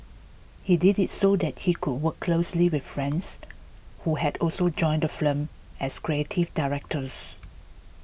he did it so that he could work closely with friends who had also joined the firm as creative directors